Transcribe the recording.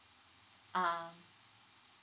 ah